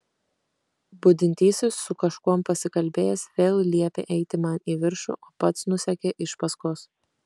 budintysis su kažkuom pasikalbėjęs vėl liepė eiti man į viršų o pats nusekė iš paskos